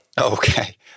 Okay